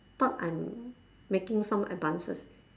thought I'm making some advances